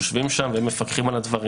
יושבים שם ומפקחים על הדברים האלה.